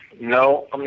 No